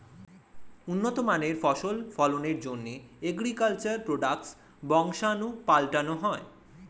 উন্নত মানের ফসল ফলনের জন্যে অ্যাগ্রিকালচার প্রোডাক্টসের বংশাণু পাল্টানো হয়